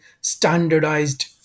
standardized